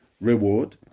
reward